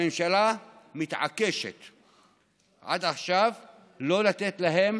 עד עכשיו הממשלה מתעקשת לא לתת להם